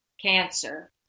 cancer